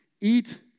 eat